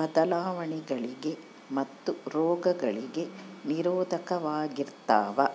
ಬದಲಾವಣೆಗಳಿಗೆ ಮತ್ತು ರೋಗಗಳಿಗೆ ನಿರೋಧಕವಾಗಿರ್ತವ